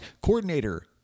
coordinator